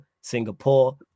Singapore